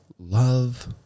Love